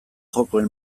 jokoen